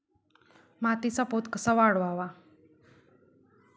मातीचा पोत कसा वाढवावा?